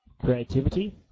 creativity